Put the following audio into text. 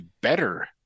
better